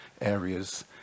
areas